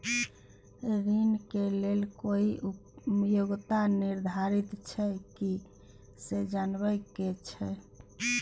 ऋण के लेल कोई योग्यता निर्धारित छै की से जनबा के छै?